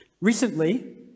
Recently